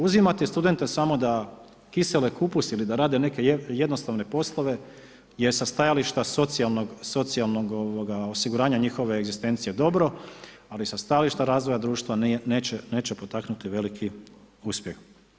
Uzimate od studente samo da kiseli kupus ili da rade neke jednostavne poslove, je sa stajališta socijalnog osiguranja njihove egzistencije dobro, ali sa stajališta razvoja društva, neće potaknuti veliki uspjeh.